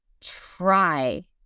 try